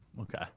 okay